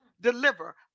deliver